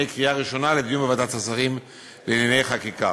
קריאה ראשונה לדיון בוועדת השרים לענייני חקיקה.